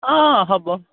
অঁ অঁ হ'ব